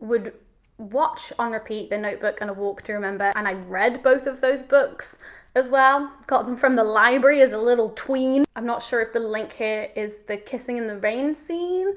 would watch on repeat the notebook and a walk to remember, and i read both of those books as well, called them from the library as a little tween. i'm not sure if the link here is the kissing in the rain scene,